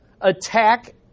attack